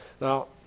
Now